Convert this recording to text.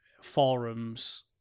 forums